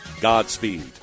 Godspeed